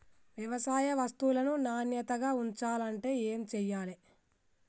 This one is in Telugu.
వ్యవసాయ వస్తువులను నాణ్యతగా ఉంచాలంటే ఏమి చెయ్యాలే?